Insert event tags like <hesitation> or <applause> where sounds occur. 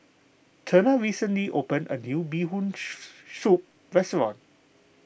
Turner recently opened a new Bee Hoon <hesitation> Soup restaurant